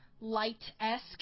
light-esque